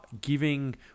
giving